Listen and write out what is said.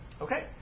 Okay